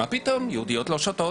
מה פתאום, יהודיות לא שותות.